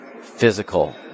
physical